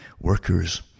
workers